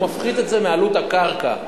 הוא מפחית את זה מעלות הקרקע.